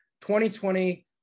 2020